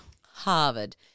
Harvard